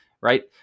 Right